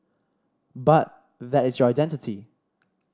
but that is your identity